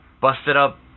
busted-up